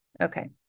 Okay